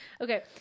okay